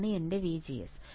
ഇതാണ് എന്റെ VGS